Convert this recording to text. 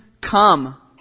come